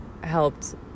helped